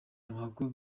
ruhago